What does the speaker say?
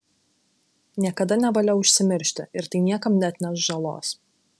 niekada nevalia užsimiršti ir tai niekam neatneš žalos